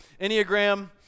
Enneagram